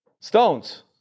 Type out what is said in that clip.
stones